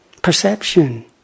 perception